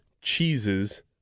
cheeses